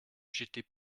j’étais